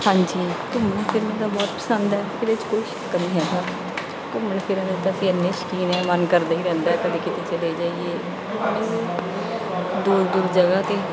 ਹਾਂਜੀ ਘੁੰਮਣ ਫਿਰਨ ਦਾ ਬਹੁਤ ਪਸੰਦ ਹੈ ਇਹਦੇ 'ਚ ਕੋਈ ਸ਼ੱਕ ਨਹੀਂ ਹੈਗਾ ਘੁੰਮਣ ਫਿਰਨ ਦੇ ਤਾਂ ਅਸੀਂ ਐਨੇ ਸ਼ਕੀਨ ਹੈ ਮਨ ਕਰਦਾ ਈ ਰਹਿੰਦਾ ਕਦੇ ਕੀਤੇ ਚਲੇ ਜਾਈਏ ਦੂਰ ਦੂਰ ਜਗ੍ਹਾ 'ਤੇ